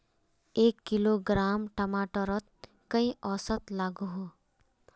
एक किलोग्राम टमाटर त कई औसत लागोहो?